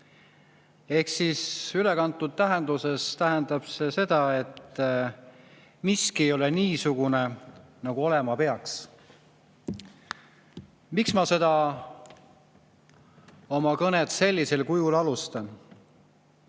Eesti riigis. Ülekantud tähenduses tähendab see seda, et miski ei ole niisugune, nagu olema peaks. Miks ma oma kõnet sellisel kujul alustan?